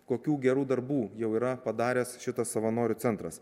kokių gerų darbų jau yra padaręs šitą savanorių centras